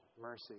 mercy